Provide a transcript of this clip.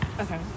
Okay